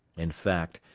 in fact,